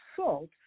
salt